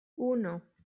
uno